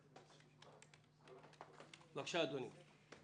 בבקשה, אדוני.